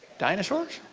dinosaurs?